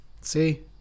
See